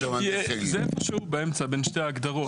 זה איפשהו באמצע בין שתי ההגדרות.